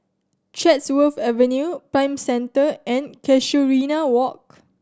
Chatsworth Avenue Prime Centre and Casuarina Walk